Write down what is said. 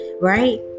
right